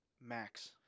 Max